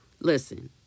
Listen